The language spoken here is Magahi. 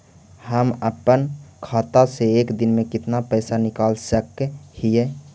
हम अपन खाता से एक दिन में कितना पैसा निकाल सक हिय?